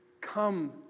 Come